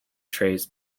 traced